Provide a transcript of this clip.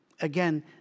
again